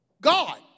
God